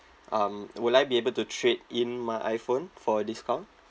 um will I be able to trade in my iphone for a discount